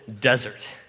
desert